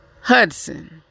Hudson